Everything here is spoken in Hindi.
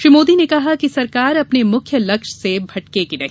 श्री मोदी ने कहा कि सरकार अपने मुख्य लक्ष्य से भटकेगी नहीं